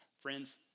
Friends